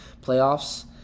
playoffs